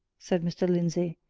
said mr. lindsey.